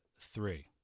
three